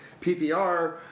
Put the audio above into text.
PPR